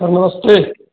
sir नमस्ते